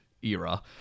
era